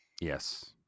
Yes